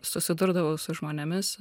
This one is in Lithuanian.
susidurdavau su žmonėmis